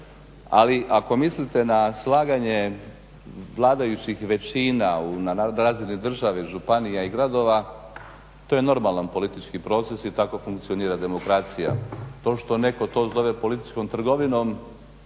ali ako mislite na slaganje vladajućih većina na razini države, županija i gradova to je normalan politički proces i tako funkcionira demokracija. To što netko to zove političkog trgovinom